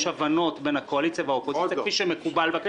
יש הבנות בין הקואליציה לאופוזיציה כפי שמקובל.